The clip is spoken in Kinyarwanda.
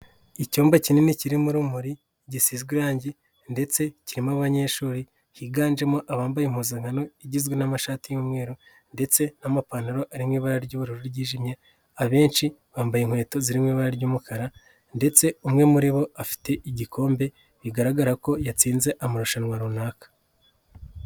Icyumba kinini kirimo urumuri gishizwe irangi ndetse kirimo abanyeshuri biganjemo abambaye impuzankano igizwe n'amashati y'umweru ndetse n'amapantaro ari mw'ibara ry'ubururu ryijimye, abenshi bambaye inkweto zirimo ibara ry'umukara ndetse umwe muri bo afite igikombe bigaragara ko yatsinze amarushanwa runaka